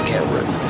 Cameron